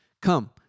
come